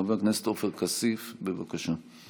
חבר הכנסת עופר כסיף, בבקשה.